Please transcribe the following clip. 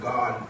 God